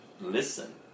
listen